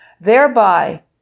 Thereby